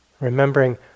remembering